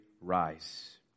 rise